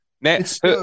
Next